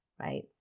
right